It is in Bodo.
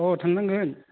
अह थांनांगोन